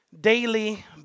daily